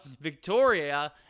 Victoria